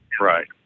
Right